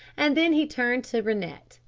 and then he turned to rennett,